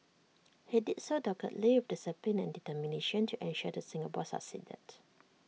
he did so doggedly with discipline and determination to ensure that Singapore succeeded